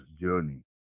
journey